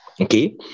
okay